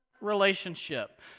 relationship